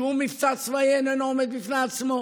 שום מבצע צבאי איננו עומד בפני עצמו,